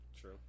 true